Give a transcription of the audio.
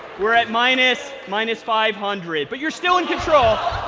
we're at minus minus five hundred, but you're still in control.